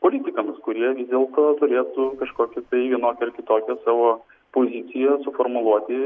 politikams kurie dėl to turėtų kažkokį tai vienokią ar kitokią savo poziciją suformuluoti